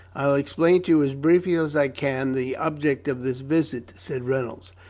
i will explain to you as briefly as i can the object of this visit said reynolds.